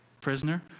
prisoner